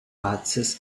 access